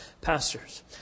pastors